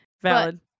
Valid